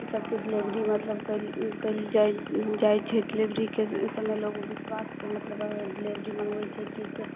ईसब के डीलेभरी मतलब कयल कयल जाइ छै डीलेभरीके समय लोग बिश्वास से डीलेभरी मंगबै छै की से